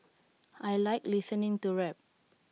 I Like listening to rap